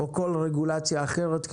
או כל רגולציה אחרת,